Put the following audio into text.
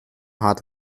hart